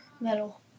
metal